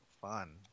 fun